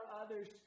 others